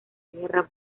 guerra